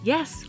Yes